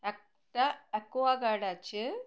একটা অ্যাকোয়াগার্ড আছে